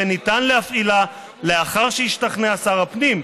וניתן להפעילה לאחר שהשתכנע שר הפנים,